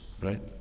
right